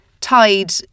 tied